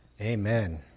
Amen